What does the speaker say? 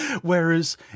Whereas